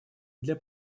для